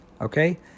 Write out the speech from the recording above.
okay